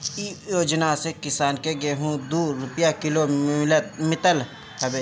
इ योजना से किसान के गेंहू दू रूपिया किलो मितल हवे